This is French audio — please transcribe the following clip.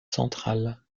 central